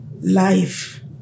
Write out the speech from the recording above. life